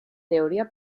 teoría